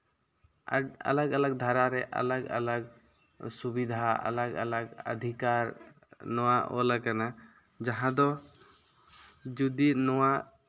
ᱟᱞᱟᱜᱽ ᱟᱞᱟᱜᱽ ᱫᱷᱟᱨᱟ ᱨᱮ ᱟᱞᱟᱜᱽ ᱟᱞᱟᱜᱽ ᱥᱩᱵᱤᱫᱷᱟ ᱟᱞᱟᱜᱽ ᱟᱞᱟᱜᱽ ᱚᱫᱷᱤᱠᱟᱨ ᱱᱚᱣᱟ ᱚᱞ ᱟᱠᱟᱱᱟ ᱡᱟᱦᱟᱸ ᱫᱚ ᱡᱩᱫᱤ ᱱᱚᱣᱟ